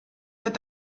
wird